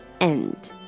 end